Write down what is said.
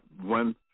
one